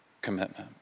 commitment